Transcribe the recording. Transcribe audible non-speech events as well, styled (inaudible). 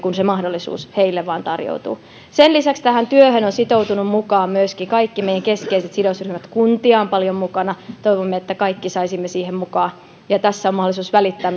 kun se mahdollisuus heille vain tarjoutuu sen lisäksi tähän työhön ovat sitoutuneet mukaan kaikki meidän keskeiset sidosryhmät kuntia on paljon mukana toivomme että kaikki saisimme siihen mukaan ja tässä on myöskin mahdollisuus välittää (unintelligible)